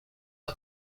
are